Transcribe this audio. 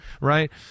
right